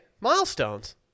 milestones